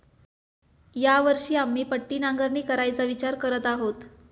या वर्षी आम्ही पट्टी नांगरणी करायचा विचार करत आहोत